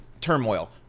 turmoil